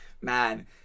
Man